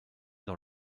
dans